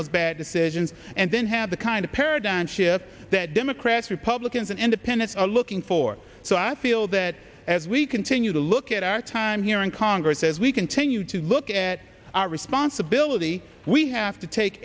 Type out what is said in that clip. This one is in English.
those bad decisions and then have the kind of paradigm shift that democrats republicans and independents are looking for so i feel that as we continue to look at our time here in congress as we continue to look at our responsibility we have to take